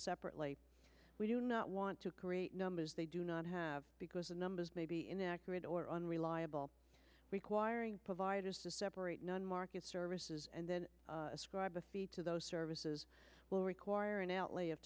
separately we do not want to create numbers they do not have because the numbers may be inaccurate or unreliable requiring providers to separate known market services and then ascribe a fee to those services will require an outlay of